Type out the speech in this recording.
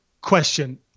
question